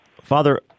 Father